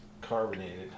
carbonated